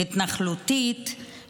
ההתנחלותית,